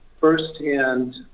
first-hand